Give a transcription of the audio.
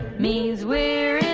means we're